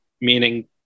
meaning